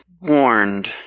warned